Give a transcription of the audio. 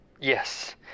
Yes